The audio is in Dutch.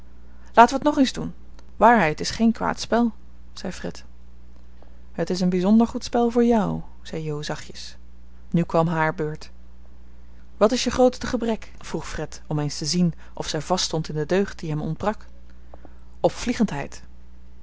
laten we t nog eens doen waarheid is geen kwaad spel zei fred het is een bijzonder goed spel voor jou zei jo zachtjes nu kwam haar beurt wat is je grootste gebrek vroeg fred om eens te zien of zij vaststond in de deugd die hem ontbrak